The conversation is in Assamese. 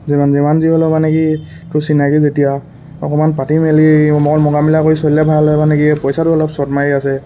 যিমান যিমান যি হ'লে মানে কি তোৰ চিনাকি যেতিয়া অকণমান পাতি মেলি কৰি চলিলে ভাল হয় মানে কি পইচাটো অলপ ছৰ্ট মাৰি আছে